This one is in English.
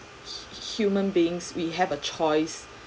human beings we have a choice